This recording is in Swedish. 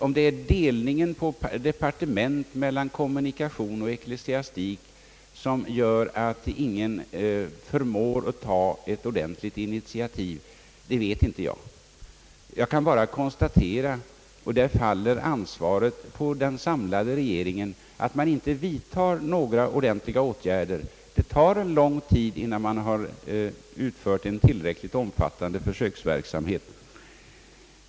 Om det är delningen mellan kommunikationsoch ecklesiastikdepartementen som gör att ingen förmår att ta ett ordentligt initiativ vet jag inte. Där faller ansvaret på den samlade regeringen. Jag kan bara konstatera att man inte vidtager några ordentliga åtgärder. Det tar lång tid innan man har genomfört en tillräckligt omfattande försöksverksamhet.